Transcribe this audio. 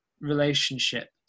relationship